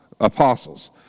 apostles